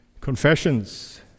confessions